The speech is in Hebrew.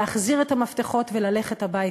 להחזיר את המפתחות וללכת הביתה,